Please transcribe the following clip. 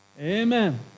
Amen